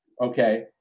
Okay